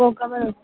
वो कवर हो